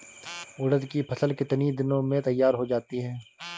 उड़द की फसल कितनी दिनों में तैयार हो जाती है?